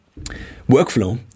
workflow